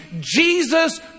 Jesus